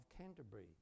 Canterbury